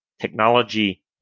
technology